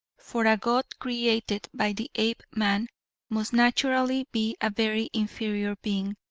for a god created by the apeman must naturally be a very inferior being.